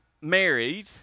married